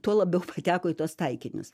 tuo labiau pateko į tuos taikinius